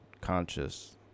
conscious